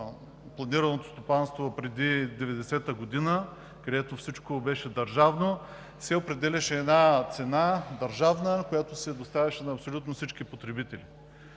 планово стопанство преди 90-а година, където всичко беше държавно, се определяше една цена – държавна, на която се доставяше на абсолютно всички потребители.